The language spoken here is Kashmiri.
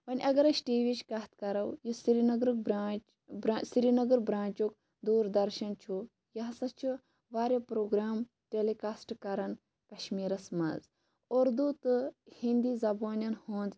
وۄنۍ اَگَر أسۍ ٹی وی یِچ کتھ کَرَو یُس سرینَگرُک برانٛچ سرینَگَر برانٛچُک دوٗردَرشَن چھُ یہِ ہَسا چھُ واریاہ پروگرام ٹیٚلِکاسٹ کَران کَشمیٖرَس مَنٛز اردوٗ تہٕ ہِنٛدی زَبانن ہُنٛد